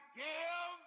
give